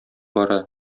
бара